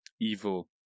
evil